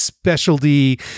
specialty